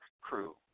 crew